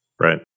Right